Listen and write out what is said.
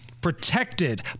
protected